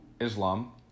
Islam